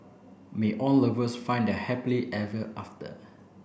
may all lovers find their happily ever after